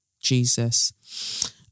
Jesus